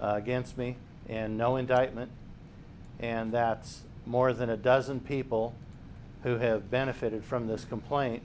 against me and no indictment and that's more than a dozen people who have benefited from this complaint